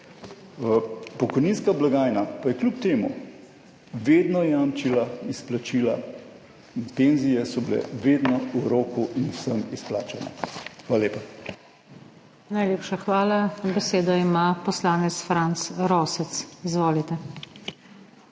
Pokojninska blagajna pa je kljub temu vedno jamčila izplačila in penzije so bile vedno v roku in vsem izplačane. Hvala lepa. PODPREDSEDNICA NATAŠA SUKIČ: Najlepša hvala. Besedo ima poslanec Franc Rosec. Izvolite.